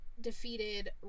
defeated